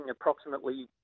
approximately